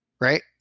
Right